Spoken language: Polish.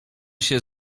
się